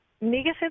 Negative